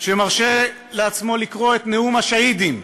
שמרשה לעצמו לקרוא את "נאום השהידים"